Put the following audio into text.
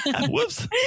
Whoops